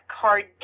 Card